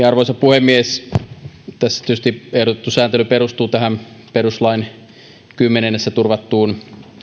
arvoisa puhemies tässä ehdotettu sääntely perustuu tietysti perustuslain kymmenennessä pykälässä turvattuun